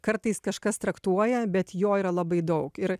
kartais kažkas traktuoja bet jo yra labai daug ir